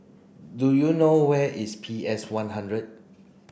do you know where is P S one hundred